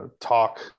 talk